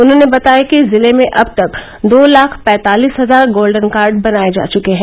उन्होंने बताया कि जिले में अब तक दो लाख पैंतालीस हजार गोल्डन कार्ड बनाए जा चुके हैं